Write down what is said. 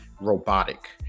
robotic